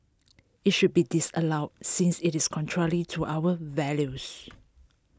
it should be disallowed since it is contrary to our values